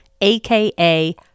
aka